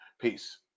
Peace